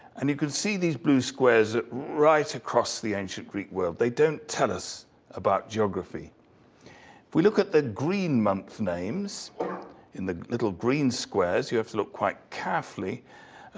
and you can see these blue squares right across the ancient greek world. they don't tell us about geography. if we look at the green month names, in the little green squares, you have to look quite carefully,